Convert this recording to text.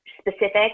specific